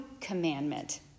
commandment